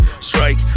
strike